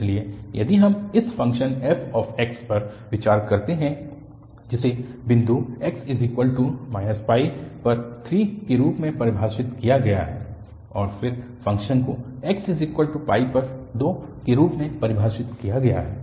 इसलिए यदि हम इस फ़ंक्शन fx पर विचार करते हैं जिसे बिंदु x पर 3 के रूप में परिभाषित किया गया है और फिर फ़ंक्शन को x पर 2 के रूप में परिभाषित किया गया है